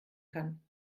kann